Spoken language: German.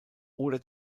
oder